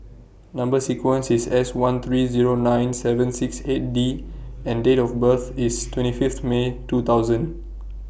Number sequence IS S one three Zero nine seven six eight D and Date of birth IS twenty Fifth May two thousand